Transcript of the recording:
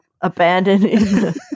abandoned